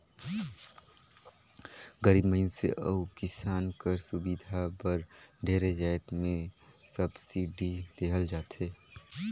गरीब मइनसे अउ किसान कर सुबिधा बर ढेरे जाएत में सब्सिडी देहल जाथे